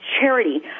charity